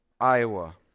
Iowa